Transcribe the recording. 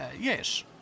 Yes